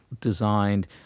designed